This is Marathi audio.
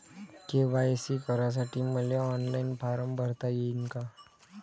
के.वाय.सी करासाठी मले ऑनलाईन फारम भरता येईन का?